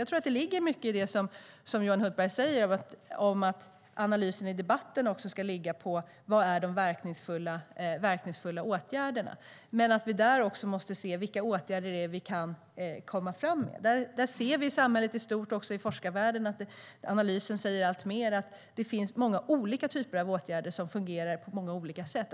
Jag tror att det ligger mycket i det som Johan Hultberg säger, att analysen och debatten ska ligga på vilka de verkningsfulla åtgärderna är, och då måste vi se vilka åtgärder vi kan komma fram med.I samhället i stort, och även i forskarvärlden, visar allt fler analyser att det finns många olika typer av åtgärder som fungerar på olika sätt.